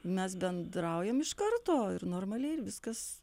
mes bendraujam iš karto ir normaliai ir viskas